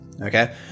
Okay